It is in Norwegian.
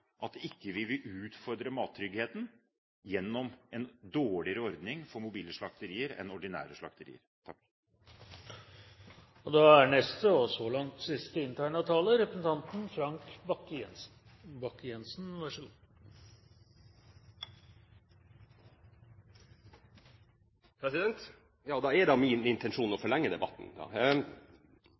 at vi ikke vil utfordre mattryggheten gjennom en dårligere ordning for mobile slakterier enn for ordinære slakterier. Det er min intensjon å forlenge debatten!